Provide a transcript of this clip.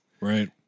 Right